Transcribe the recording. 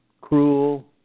cruel